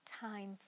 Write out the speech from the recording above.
time